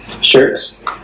shirts